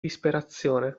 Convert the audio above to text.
disperazione